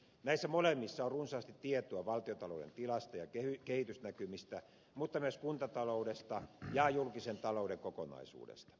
näissä molemmissa on runsaasti tietoa valtiontalouden tilasta ja kehitysnäkymistä mutta myös kuntataloudesta ja julkisen talouden kokonaisuudesta